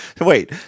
Wait